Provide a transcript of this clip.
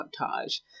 montage